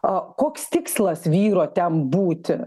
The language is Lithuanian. koks tikslas vyro ten būti